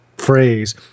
phrase